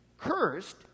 cursed